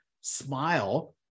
smile